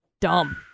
Dumb